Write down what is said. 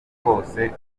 hose